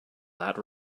that